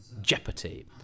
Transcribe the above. jeopardy